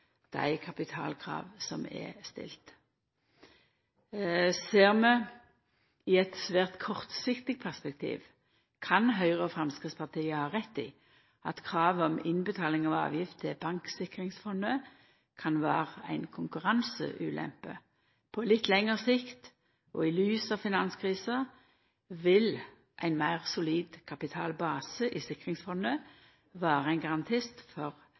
dei kapitalkrava som er stilte. Ser vi i eit svært kortsiktig perspektiv, kan Høgre og Framstegspartiet ha rett i at kravet om innbetaling av avgift til Banksikringsfondet, kan vera ei konkurranseulempe. På litt lengre sikt, og i lys av finanskrisa, vil ein meir solid kapitalbase i sikringsfondet vera ein garanti for